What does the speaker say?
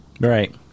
Right